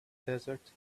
desert